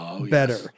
better